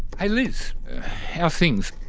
ah liz. how's things?